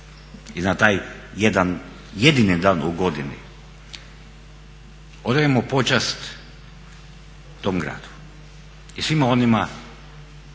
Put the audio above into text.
i na taj jedan jedini dan u godini odamo počast tom gradu i svima onima